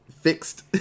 fixed